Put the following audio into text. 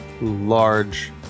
large